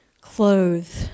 clothed